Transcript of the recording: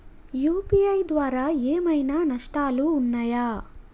UPI ద్వారా ఏమైనా నష్టాలు ఉన్నయా?